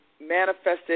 manifested